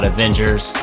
Avengers